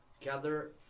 gather